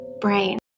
brain